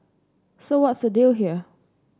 so what's the deal here